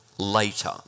later